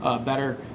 better